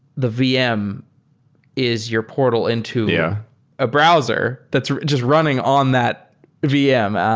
the vm is your portal into yeah a browser that's just running on that vm